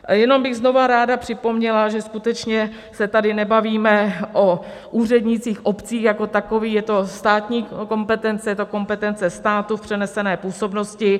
A jenom bych znova ráda připomněla, že skutečně se tady nebavíme o úřednících obcí jako takových, je to státní kompetence, je to kompetence státu v přenesené působnosti.